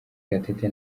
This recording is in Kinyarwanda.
gatete